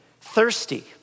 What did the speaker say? thirsty